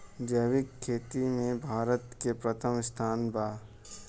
जैविक खेती में भारत के प्रथम स्थान बा